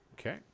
Okay